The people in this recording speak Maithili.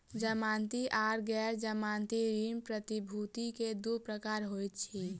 जमानती आर गैर जमानती ऋण प्रतिभूति के दू प्रकार होइत अछि